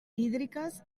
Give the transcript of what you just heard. hídriques